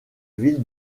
ville